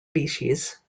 species